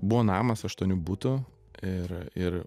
buvo namas aštuonių butų ir ir